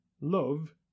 love